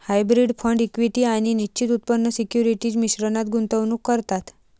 hybrid fund equity आणि निश्चित उत्पन्न सिक्युरिटीज मिश्रणात गुंतवणूक करतात